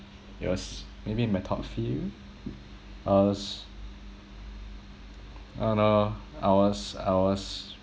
it was maybe my top few I was I don't know I was I was